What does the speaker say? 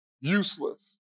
useless